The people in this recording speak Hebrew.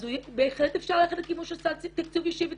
אז בהחלט אפשר ללכת לכיוון של סל תקצוב אישי ותמיכה.